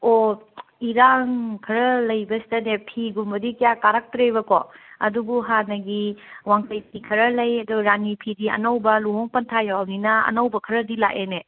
ꯑꯣ ꯏꯔꯥꯡ ꯈꯔ ꯂꯩꯕꯁꯤꯗꯅꯦ ꯐꯤꯒꯨꯝꯕꯗꯤ ꯀꯌꯥ ꯀꯥꯔꯛꯇ꯭ꯔꯦꯕꯀꯣ ꯑꯗꯨꯕꯨ ꯍꯥꯟꯅꯒꯤ ꯋꯥꯡꯈꯩ ꯐꯤ ꯈꯔ ꯂꯩ ꯑꯗꯣ ꯔꯥꯅꯤ ꯐꯤ ꯑꯅꯧꯕ ꯂꯨꯍꯣꯡ ꯄꯟꯊꯥ ꯌꯧꯔꯝꯅꯤꯅ ꯑꯅꯧꯕ ꯈꯔꯗꯤ ꯂꯥꯛꯑꯦꯅꯦ